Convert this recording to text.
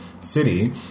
city